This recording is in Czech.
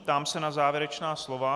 Ptám se na závěrečná slova.